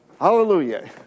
hallelujah